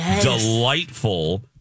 delightful